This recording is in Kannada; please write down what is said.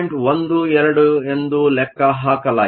12 ಎಂದು ಲೆಕ್ಕಹಾಕಲಾಗಿದೆ